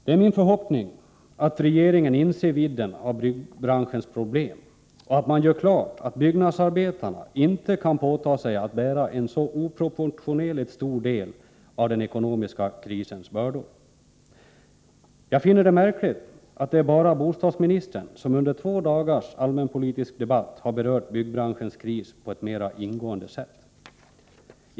Det är min förhoppning att regeringen inser vidden av byggbranschens problem och att man gör klart att byggnadsarbetarna inte kan ta på sig att bära en sådan oproportionerligt stor del av den ekonomiska krisens bördor. Jag finner det märkligt att det under två dagars allmänpolitisk debatt bara är bostadsministern som har berört byggbranschens kris på ett mera ingående sätt.